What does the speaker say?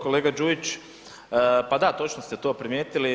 Kolega Đujić, pa da, točno ste to primijetili.